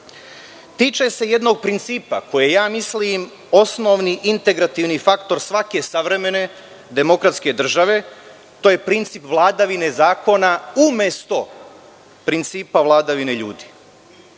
tiče se jednog principa, koji mislim da je osnovni integrativni faktor svake savremene demokratske države. To je princip vladavine zakona umesto principa vladavine ljudi.